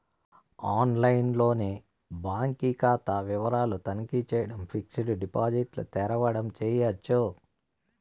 ఆన్లైన్లోనే బాంకీ కాతా వివరాలు తనఖీ చేయడం, ఫిక్సిడ్ డిపాజిట్ల తెరవడం చేయచ్చు